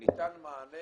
ניתן מענה,